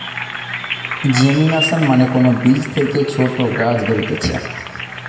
germination মানে কোন বীজ থেকে ছোট গাছ বেরুতিছে